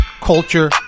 culture